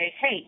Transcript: hey